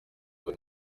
buri